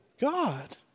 God